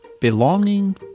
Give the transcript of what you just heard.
belonging